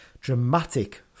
dramatic